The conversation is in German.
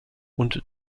und